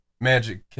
magic